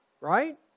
right